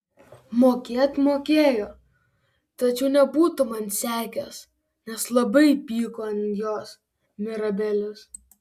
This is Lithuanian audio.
mokėt mokėjo tačiau nebūtų man sekęs nes labai pyko ant jos mirabelės